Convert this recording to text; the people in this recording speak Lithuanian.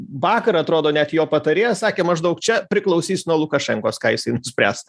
vakar atrodo net jo patarėjas sakė maždaug čia priklausys nuo lukašenkos ką jisai nuspręs